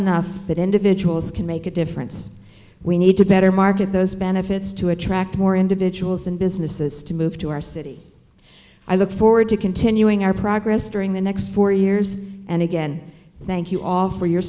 enough that individuals can make a difference we need to better market those benefits to attract more individuals and businesses to move to our city i look forward to continuing our progress during the next for you years and again thank you all for your